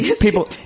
People